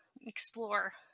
explore